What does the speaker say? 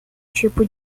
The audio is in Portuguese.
tipo